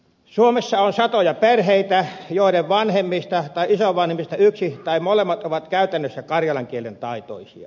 suomessa on satoja perheitä joiden vanhemmista tai isovanhemmista yksi tai molemmat ovat käytännössä karjalan kielen taitoisia